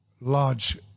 large